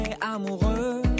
amoureux